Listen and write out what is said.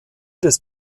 des